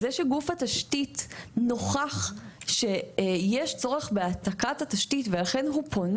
זה שהגוף המבצע נוכח שיש צורך בהעתקת התשתית ואכן פונה